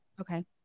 Okay